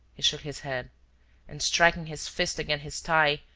he shook his head and, striking his fist against his thigh,